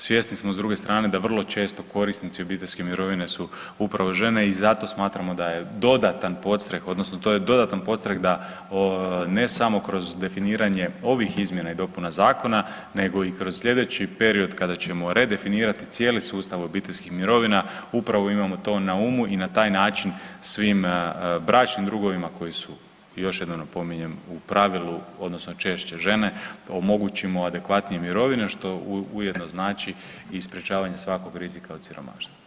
Svjesni smo s druge strane da vrlo često korisnici obiteljske mirovine su upravo žene i zato smatramo da je dodatan podstreh odnosno to je dodatan podstreh da ne samo kroz definiranje ovih izmjena i dopuna zakona nego i kroz slijedeći period kada ćemo redefinirati cijeli sustav obiteljskih mirovina upravo imamo to na umu i na taj način svim bračnim drugovima koji su, još jednom napominjem, u pravilu odnosno češće žene omogućimo adekvatnije mirovine što ujedno znači i sprječavanje svakog rizika od siromaštva.